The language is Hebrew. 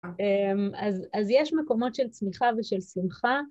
אז יש מקומות של צמיחה ושל שמחה.